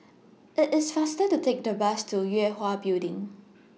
IT IS faster to Take The Bus to Yue Hwa Building